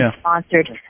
sponsored